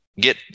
get